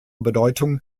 bedeutung